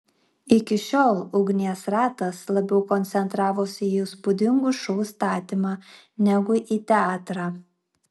iki šiol ugnies ratas labiau koncentravosi į įspūdingų šou statymą negu į teatrą